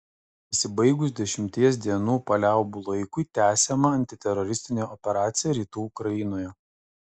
pasibaigus dešimties dienų paliaubų laikui tęsiama antiteroristinė operacija rytų ukrainoje